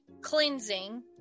cleansing